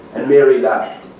and mary laughed